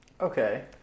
okay